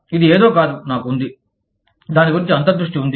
ఇది ఏదో కాదు నాకు ఉంది దాని గురించి అంతర్దృష్టి ఉంది